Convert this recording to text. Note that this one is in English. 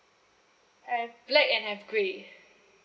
and black and have grey